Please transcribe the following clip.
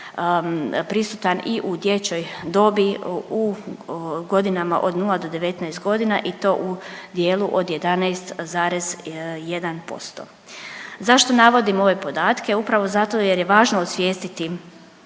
prisutan i u dječjoj dobi u godinama od 0 do 19 godina i to u dijelu od 11,1%. Zašto navodim ove podatke? Upravo zato jer je važno osvijestiti